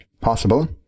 Possible